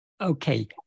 Okay